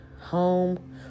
home